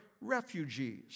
refugees